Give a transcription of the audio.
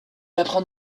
apprend